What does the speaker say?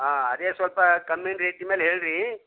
ಹಾಂ ಅದೇ ಸ್ವಲ್ಪ ಕಮ್ಮಿ ರೇಟಿನ ಮೇಲೆ ಹೇಳಿರಿ